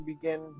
begin